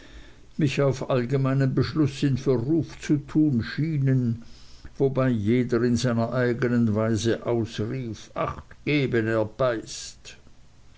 mich auf allgemeinen beschluß in verruf zu tun schienen wobei jeder in seiner eignen weise ausrief acht geben er beißt